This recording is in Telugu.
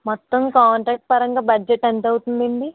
మొత్తం కాంట్రాక్ట్ పరంగా బడ్జెట్ ఎంత అవుతుందండి